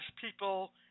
people